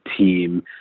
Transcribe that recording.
team